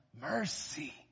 mercy